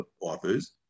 authors